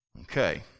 okay